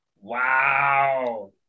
Wow